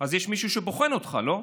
אז יש מישהו שבוחן אותך, לא?